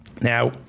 Now